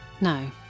No